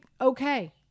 okay